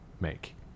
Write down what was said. make